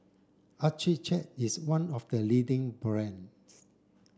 Accucheck is one of the leading brands